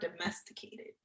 domesticated